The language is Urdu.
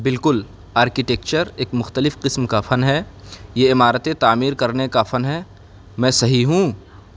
بالکل آرکیٹکچر ایک مختلف قسم کا فن ہے یہ عمارتیں تعمیر کرنے کا فن ہے میں صحیح ہوں